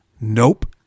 Nope